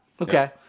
Okay